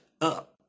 up